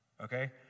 okay